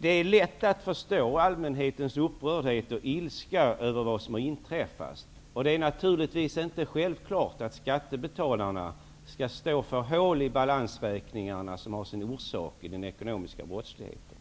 Det är lätt att förstå allmänhetens upprördhet och ilska över vad som har inträffat. Och det är naturligtvis inte självklart att skattebetalarna skall stå för de hål i balansräkningarna som har sin orsak i den ekonomiska brottsligheten.